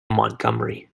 montgomery